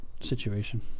situation